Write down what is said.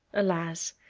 alas!